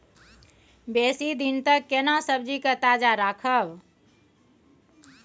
बेसी दिन तक केना सब्जी के ताजा रखब?